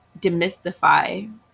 demystify